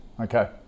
Okay